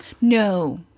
No